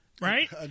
right